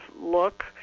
look